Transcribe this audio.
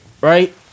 right